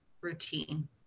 routine